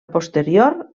posterior